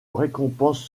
récompense